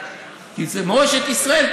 מורשת ישראל,